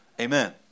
Amen